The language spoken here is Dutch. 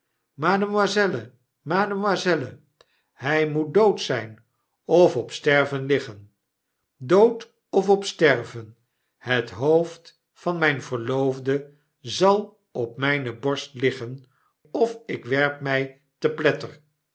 mademoiselle mademoiselle hij moet dood zijn of op sterven liggen dood of op sterven het hoofd van mijn verloofde zal op myne borst liggen of ik werp my te pletter